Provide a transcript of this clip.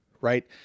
Right